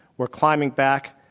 we're climbing back,